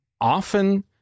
often